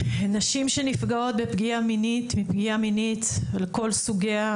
נשים שנפגעות מפגיעה מינית לכל סוגיה,